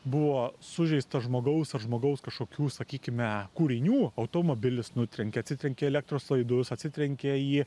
buvo sužeistas žmogaus ar žmogaus kažkokių sakykime kūrinių automobilis nutrenkė atsitrenkė į elektros laidus atsitrenkė į